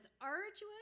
arduous